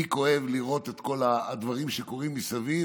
לי כואב לראות את כל הדברים שקורים מסביב,